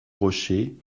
rocher